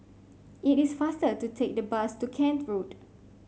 it is faster to take the bus to Kent Road